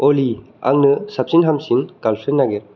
अली आंनो साबसिन हामसिन गार्लफ्रेन्ड नागिर